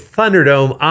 Thunderdome